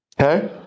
Okay